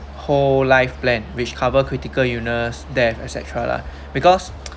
whole life plan which cover critical illness death etcetera lah because